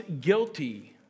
guilty